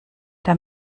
der